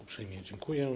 Uprzejmie dziękuję.